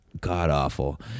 god-awful